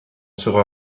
sera